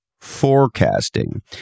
forecasting